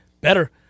Better